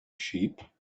sheep